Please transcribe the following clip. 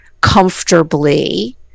comfortably